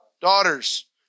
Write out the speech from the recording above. Daughters